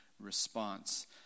response